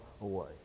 away